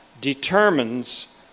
determines